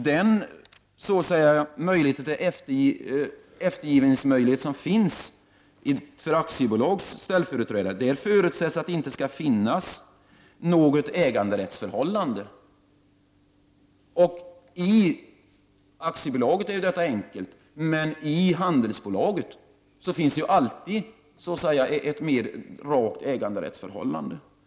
Beträffande eftergiftsmöjligheterna för ställföreträdare i aktiebolag förutsätts att det inte skall finnas något äganderättsförhållande. I aktiebolag är ju det hela enkelt, men i handelsbolag finns det ju alltid ett så att säga rakare äganderättsförhållande.